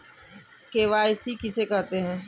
KYC किसे कहते हैं?